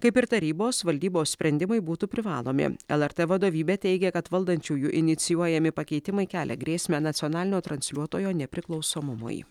kaip ir tarybos valdybos sprendimai būtų privalomi lrt vadovybė teigia kad valdančiųjų inicijuojami pakeitimai kelia grėsmę nacionalinio transliuotojo nepriklausomumui